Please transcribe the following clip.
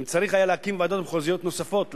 ואם צריך היה להקים ועדות מחוזיות נוספות,